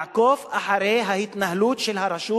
לעקוב אחרי ההתנהלות של הרשות,